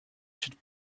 should